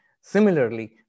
Similarly